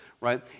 right